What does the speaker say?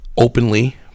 openly